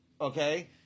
okay